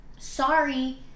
sorry